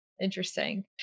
Interesting